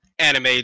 Anime